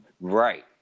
right